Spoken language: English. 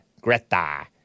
Greta